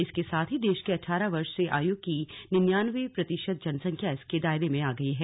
इसके साथ ही देश की अठारह वर्ष से आयु की निन्यानये प्रतिशत जनसंख्या इसके दायरे में आ गई है